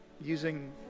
using